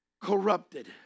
Corrupted